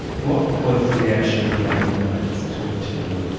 what was the reaction of the other inmates to to you?